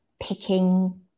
picking